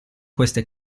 queste